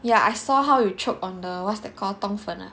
ya I saw how you choke on the what's that call 冬粉